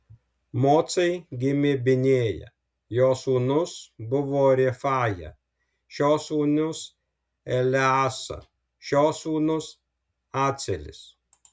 mocai gimė binėja jo sūnus buvo refaja šio sūnus eleasa šio sūnus acelis